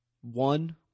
one